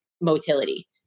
motility